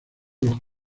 los